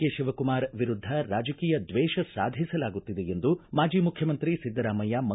K Shivakumar ವಿರುದ್ದ ರಾಜಕೀಯ ದ್ವೇಷ ಸಾಧಿಸಲಾಗುತ್ತಿದೆ ಎಂದು ಮಾಜಿ ಮುಖ್ಯಮಂತ್ರಿ ಸಿದ್ದರಾಮಯ್ಯ ಆರೋಪಿಸಿದ್ದಾರೆ